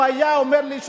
הוא היה אומר לי,